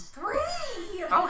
Three